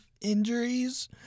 injuries